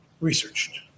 researched